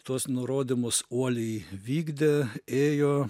tuos nurodymus uoliai vykdė ėjo